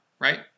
right